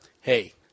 hey